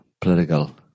political